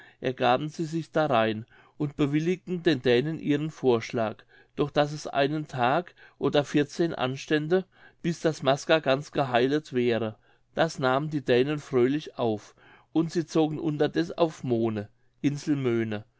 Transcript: ergaben sie sich darein und bewilligten den dänen ihren vorschlag doch daß es einen tag oder vierzehn anstände bis daß maska ganz geheilet wäre das nahmen die dänen fröhlich auf und sie zogen unterdeß auf mone